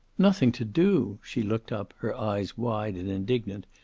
nothing to do, she looked up, her eyes wide and indignant.